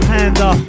Panda